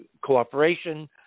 cooperation